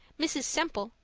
mrs. semple,